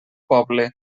poble